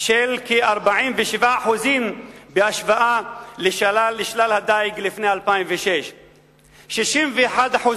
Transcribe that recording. של כ-47% בהשוואה לשלל הדיג לפני 2006. 61%